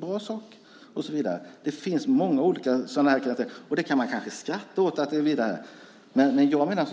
Det är en bra sak. Det finns många olika sådana här exempel. Det kan man skratta åt, men jag menar